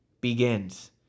begins